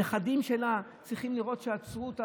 הנכדים שלה צריכים לראות שעצרו אותה